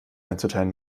einzuteilen